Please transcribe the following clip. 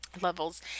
Levels